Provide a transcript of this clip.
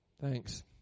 Thanks